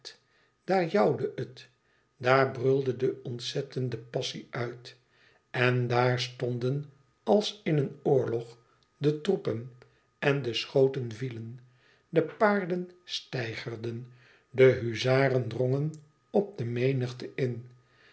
daar jouwde het daar brulde de ontzettende passie uit en daar stonden als in een oorlog de troepen en de schoten vielen de paarden steigerden de huzaren drongen op de menigte in